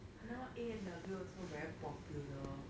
now A&W also very popular